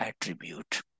attribute